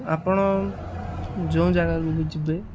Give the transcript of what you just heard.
ଆପଣ ଯେଉଁ ଜାଗାକୁ ବି ଯିବେ